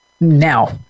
now